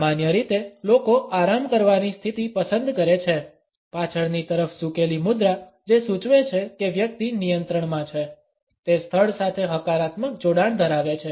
સામાન્ય રીતે લોકો આરામ કરવાની સ્થિતિ પસંદ કરે છે પાછળની તરફ ઝૂકેલી મુદ્રા જે સૂચવે છે કે વ્યક્તિ નિયંત્રણમાં છે તે સ્થળ સાથે હકારાત્મક જોડાણ ધરાવે છે